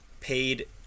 Paid